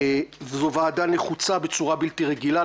זו ועדה נחוצה בצורה בלתי רגילה,